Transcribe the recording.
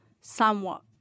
somewhat